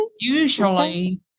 usually